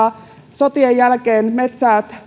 sotien jälkeen metsät